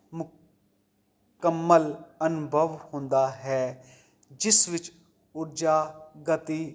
ਮੁਕੰਮਲ ਅਨੁਭਵ ਹੁੰਦਾ ਹੈ ਜਿਸ ਵਿੱਚ ਊਰਜਾ ਗਤੀ